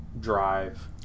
Drive